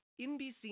NBC